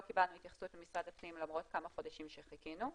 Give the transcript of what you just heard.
לא קיבלנו התייחסות ממשרד הפנים למרות כמה חודשים שחיכינו,